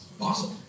Awesome